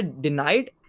denied